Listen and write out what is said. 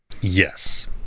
Yes